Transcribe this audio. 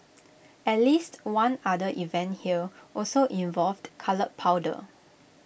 at least one other event here also involved coloured powder